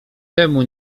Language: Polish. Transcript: temu